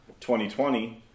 2020